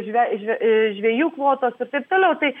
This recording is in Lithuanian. žvej žve žvejų kvotos ir taip toliau tai